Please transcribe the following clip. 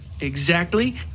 Exactly